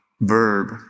verb